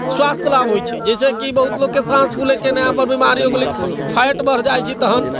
स्वास्थ्य लाभ होइ छै जैसेकि बहुत लोककेँ साँस फूलयके नयापर बिमारी हो गेलै फैट बढ़ि जाइ छै तखन